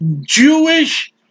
Jewish